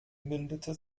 mündete